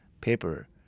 Paper